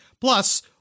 Plus